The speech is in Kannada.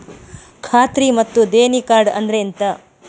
ಖಾತ್ರಿ ಮತ್ತೆ ದೇಣಿ ಕಾರ್ಡ್ ಅಂದ್ರೆ ಎಂತ?